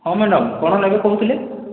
ହଁ ମ୍ୟାଡ଼ାମ୍ କ'ଣ ନେବେ କହୁଥିଲେ